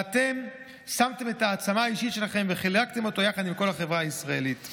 אתם שמתם את העוצמה האישית שלכם וחלקתם אותה יחד עם כל החברה הישראלית.